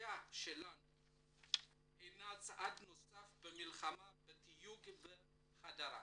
הקריאה שלנו הינה צעד נוסף במלחמה בתיוג ובהדרה.